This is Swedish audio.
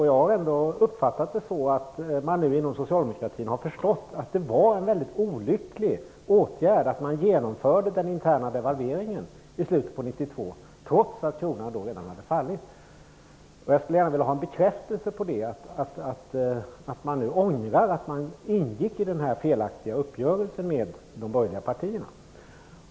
Jag har uppfattat att man inom socialdemokratin nu har förstått att det var mycket olyckligt att man genomförde den interna devalveringen i slutet av 1992 trots att kronan då redan hade fallit. Jag skulle gärna vilja få en bekräftelse på att man nu ångrar att man ingick i denna felaktiga uppgörelse med de borgerliga partierna.